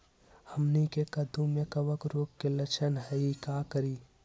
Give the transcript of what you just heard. हमनी के कददु में कवक रोग के लक्षण हई का करी?